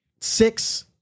six